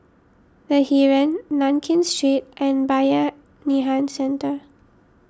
the Heeren Nankin Street and Bayanihan Centre